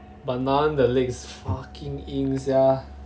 but naeun the legs fucking 赢 sia